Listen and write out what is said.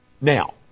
Now